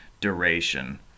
duration